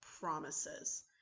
Promises